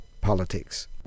Politics